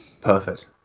Perfect